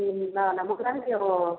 ए ल ल मलाई पनि त्यो